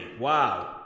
Wow